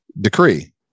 decree